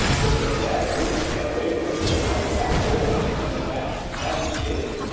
was it a bad dream that ran away from me and out the back door, as fast as paddy's pig?